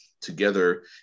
together